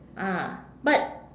ah but